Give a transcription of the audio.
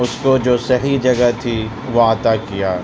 اس کو جو صحیح جگہ تھی وہ عطا کیا